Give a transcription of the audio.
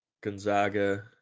Gonzaga